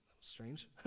strange